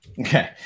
Okay